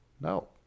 no